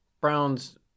Browns